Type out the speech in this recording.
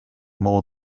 more